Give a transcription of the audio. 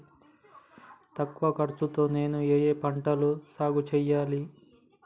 తక్కువ ఖర్చు తో నేను ఏ ఏ పంటలు సాగుచేయాలి?